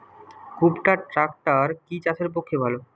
কুবটার ট্রাকটার কি চাষের পক্ষে ভালো?